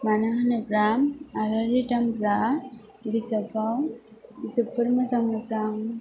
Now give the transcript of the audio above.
मानो होनोब्ला आलारि दामब्रा बिजाबाव जोबोद मोजां मोजां